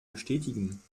bestätigen